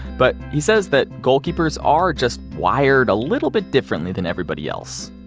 but he says that goalkeepers are just wired a little bit differently than everybody else.